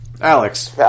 Alex